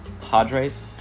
Padres